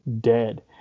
dead